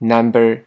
Number